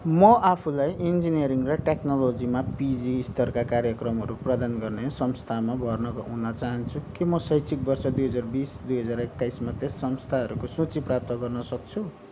म आफूलाई इन्जिनियरिङ र टेक्नोलोजीमा पिजी स्तरका कार्यक्रमहरू प्रदान गर्ने संस्थानमा भर्ना हुन चाहन्छु के म शैक्षिक वर्ष दुई हजार बिस दुई हजार एक्काइसमा त्यस संस्थानहरूको सूची प्राप्त गर्न सक्छु